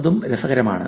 അതും രസകരമാണ്